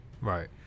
Right